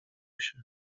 się